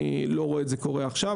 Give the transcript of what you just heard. אני לא רואה את זה קורה עכשיו,